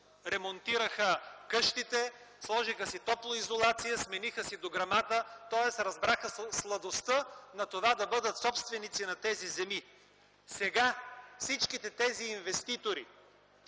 ремонтираха къщите, сложиха си топлоизолация, смениха си дограмата, тоест разбраха сладостта на това да бъдат собственици на тези земи. Сега всичките тези инвеститори